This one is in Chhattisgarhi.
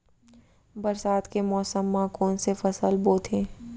बरसात के मौसम मा कोन से फसल बोथे?